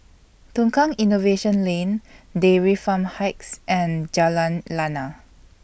Tukang Innovation Lane Dairy Farm Heights and Jalan Lana